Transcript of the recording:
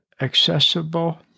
accessible